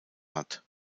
hat